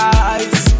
eyes